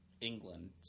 england